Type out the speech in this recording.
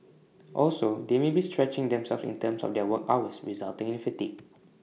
also they may be stretching themselves in terms of their work hours resulting in fatigue